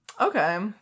okay